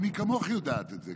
ומי כמוך יודעת את זה,